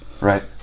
right